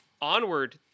Onward